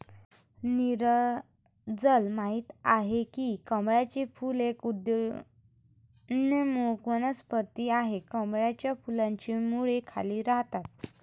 नीरजल माहित आहे की कमळाचे फूल एक उदयोन्मुख वनस्पती आहे, कमळाच्या फुलाची मुळे खाली राहतात